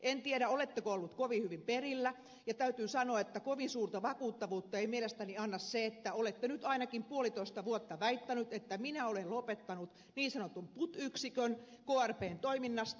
en tiedä oletteko ollut kovin hyvin perillä ja täytyy sanoa että kovin suurta vakuuttavuutta ei mielestäni tuo se että olette nyt ainakin puolitoista vuotta väittänyt että minä olen lopettanut niin sanotun put yksikön krpn toiminnasta